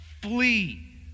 flee